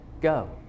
go